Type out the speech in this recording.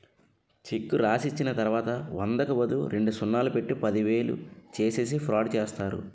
చెక్కు రాసిచ్చిన తర్వాత వందకు బదులు రెండు సున్నాలు పెట్టి పదివేలు చేసేసి ఫ్రాడ్ చేస్తారు